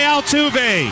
Altuve